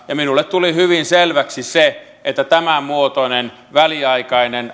ja minulle tuli hyvin selväksi se että tämänmuotoisella väliaikaisella